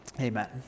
Amen